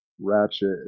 ratchet